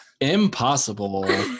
Impossible